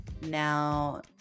Now